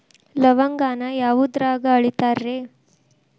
ಲವಂಗಾನ ಯಾವುದ್ರಾಗ ಅಳಿತಾರ್ ರೇ?